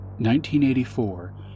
1984